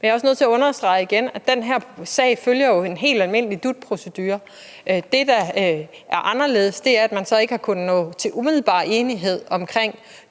Men jeg er også nødt til igen at understrege, at den her sag jo følger en helt almindelig DUT-procedure. Det, der er anderledes, er, at man så ikke har kunnet nå til umiddelbar enighed om